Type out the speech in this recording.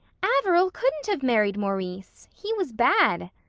averil couldn't have married maurice. he was bad.